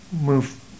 Move